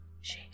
she